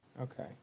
Okay